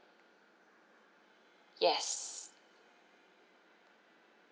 yes